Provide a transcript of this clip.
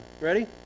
Ready